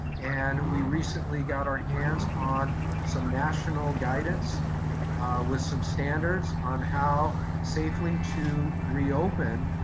and we recently got our hands on some national guidance with some standards on how safely to reopen